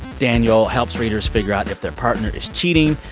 daniel helps readers figure out if their partner is cheating,